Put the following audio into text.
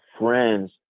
friends